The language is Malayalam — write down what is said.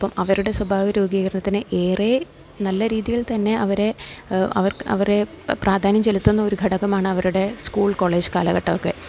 അപ്പോള് അവരുടെ സ്വഭാവ രൂപീകരണത്തിന് ഏറെ നല്ല രീതിയിൽത്തന്നെ അവരെ പ്രാധാന്യം ചെലുത്തുന്ന ഒരു ഘടകമാണ് അവരുടെ സ്കൂൾ കോളേജ് കാലഘട്ടമൊക്കെ